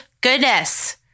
goodness